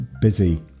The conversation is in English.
busy